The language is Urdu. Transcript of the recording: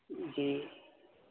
جی